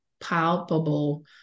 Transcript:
palpable